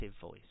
voice